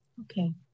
Okay